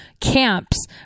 camps